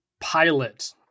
pilot